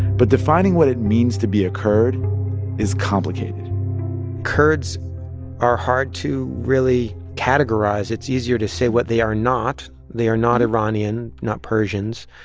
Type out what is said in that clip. but defining what it means to be a kurd is complicated kurds are hard to really categorize. it's easier to say what they are not. they are not iranian, not persians.